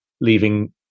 leaving